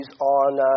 on